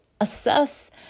assess